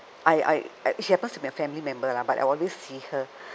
I I she happens to be a family member lah but I always see her